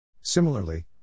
Similarly